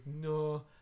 no